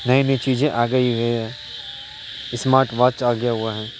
نئی نئی چیزیں آ گئی ہوئی ہے اسمارٹ واچ آ گیا ہوا ہے